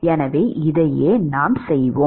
எனவே இதைத்தான் செய்வோம்